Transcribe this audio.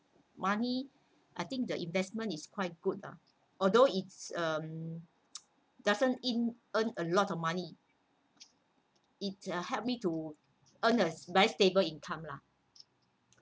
money I think the investment is quite good ah although it uh doesn't earn a lot of money it uh helped me to earn a very stable income lah